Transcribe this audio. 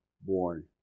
born